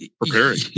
preparing